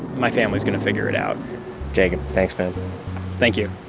my family's going to figure it out jacob, thanks man thank you